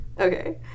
okay